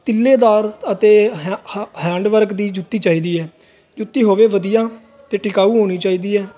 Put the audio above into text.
ਤਿੱਲੇਦਾਰ ਅਤੇ ਹੈਂਡਵਰਕ ਦੀ ਜੁੱਤੀ ਚਾਹੀਦੀ ਹੈ ਜੁੱਤੀ ਹੋਵੇ ਵਧੀਆ ਅਤੇ ਟਿਕਾਊ ਹੋਣੀ ਚਾਹੀਦੀ ਹੈ